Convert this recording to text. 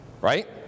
Right